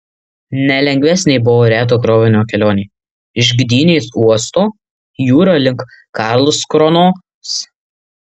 nelengvesnė buvo reto krovinio kelionė iš gdynės uosto jūra link karlskronos